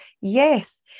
yes